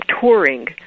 touring